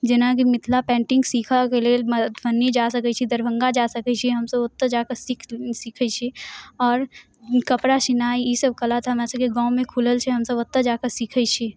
जेनाकि मिथिला पेंटिङ्ग सीखऽ के लेल मधुबनी जा सकैत छी दरभङ्गा जा सकैत छी हमसभ ओतऽ जाकऽ सी सीखैत छी आओर कपड़ा सिनाइ ई सभ कला तऽ हमरा सभके गाँवमे खुलल छै हमसभ ओतऽ जाकऽ सीखैत छी